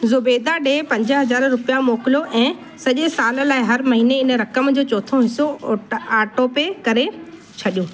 ज़ुबैदा ॾिए पंज रुपिया मोकिलियो ऐं सॼे साल लाइ हर महीने इन रक़म जो चोथों हिसो ओटो ऑटोपे करे छॾियो